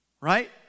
Right